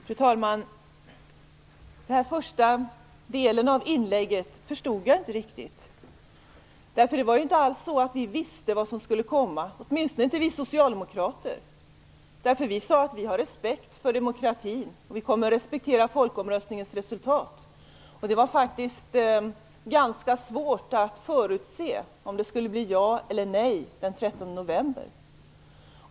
Fru talman! Den första delen av Dan Ericssons inlägg förstod jag inte riktigt. Det var inte alls så att vi visste vad som skulle komma, åtminstone inte vi socialdemokrater. Vi sade att vi har respekt för demokratin och att vi skall respektera folkomröstningens resultat. Det var ganska svårt att förutse om det skulle bli ja eller nej den 13 november.